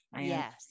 yes